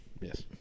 Yes